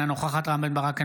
אינה נוכחת רם בן ברק,